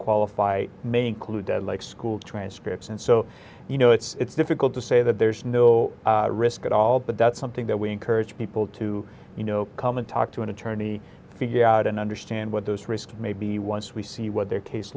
qualify may include dead like school transcripts and so you know it's difficult to say that there's no risk at all but that's something that we encourage people to you know come and talk to an attorney figure out and understand what those risks may be once we see what their case